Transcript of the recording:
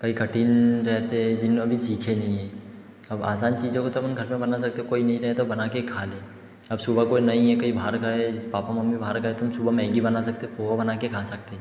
कई कठिन रहते हैं जिन्हे अभी सीखे नहीं है अब आसान चीज़ों को तो अपन घर पर बना सकते कोई नहीं रहे तो बना के खा लें अब सुबह कोई नहीं है कहीं बाहर गए जैसे पापा मम्मी बाहर गए तो हम सुबह मैगी बना सकते पोहा बना के खा सकते हैं